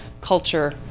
culture